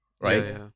Right